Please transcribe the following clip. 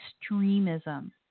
extremism